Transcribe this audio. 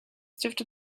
dürfte